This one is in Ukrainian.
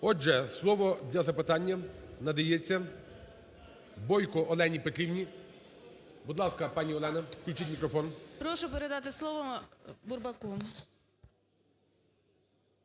Отже, слово для запитання надається Бойко Олені Петрівні. Будь ласка, пані Олена, включіть мікрофон. 10:34:09 БОЙКО О.П. Прошу передати слово Бурбаку.